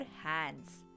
hands